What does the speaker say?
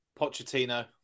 Pochettino